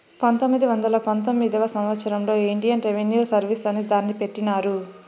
పంతొమ్మిది వందల పంతొమ్మిదివ సంవచ్చరంలో ఇండియన్ రెవిన్యూ సర్వీస్ అనే దాన్ని పెట్టినారు